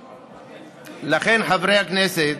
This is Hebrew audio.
לכן, חברי הכנסת,